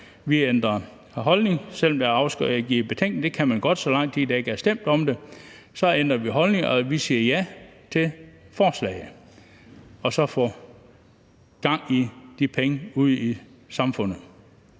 vi ændrer holdning, selv om der er afgivet betænkning. Det kan man godt, så længe der ikke er stemt om det. Så vi har ændret holdning og siger ja til forslaget, så vi får gang i de penge ude i samfundet